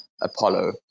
Apollo